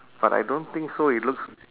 but I don't think so it looks